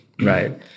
Right